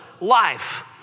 life